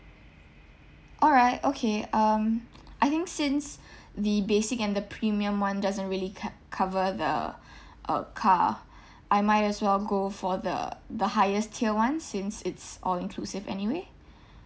all right okay um I think since the basic and the premium one doesn't really cu~ cover the uh car I might as well go for the the highest tier [one] since it's all inclusive anyway